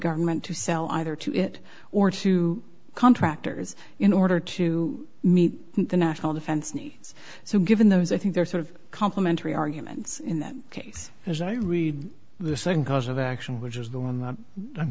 government to sell either to it or to contractors in order to meet the national defense needs so given those i think they're sort of complimentary arguments in that case as i read the second cause of action which is the one that i'm